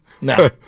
No